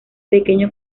pequeño